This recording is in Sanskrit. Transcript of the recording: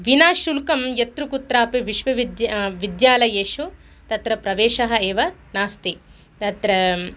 विना शुल्कं यत्र कुत्रापि विश्वविद्या विद्यालयेषु तत्र प्रवेशः एव नास्ति तत्र